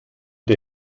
der